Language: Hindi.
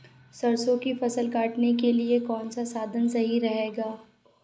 सरसो की फसल काटने के लिए कौन सा साधन सही रहेगा?